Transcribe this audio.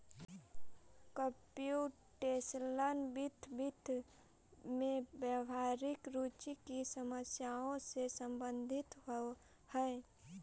computational वित्त, वित्त में व्यावहारिक रुचि की समस्याओं से संबंधित हई